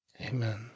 Amen